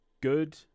good